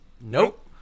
Nope